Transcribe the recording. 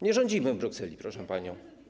Nie rządzimy w Brukseli, proszę pani.